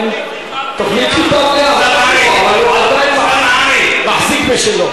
תוכנית ליבה, אבל הוא עדיין מחזיק בשלו.